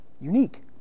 Unique